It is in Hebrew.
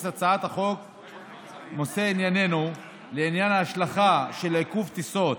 הצעת החוק מושא ענייננו לעניין ההשלכה של עיכוב טיסות